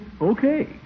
Okay